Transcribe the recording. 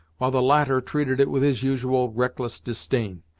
while the latter treated it with his usual reckless disdain.